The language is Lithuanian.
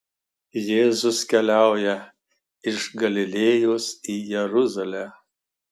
jėzus keliauja iš galilėjos į jeruzalę